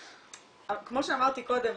כמו שאמרתי קודם,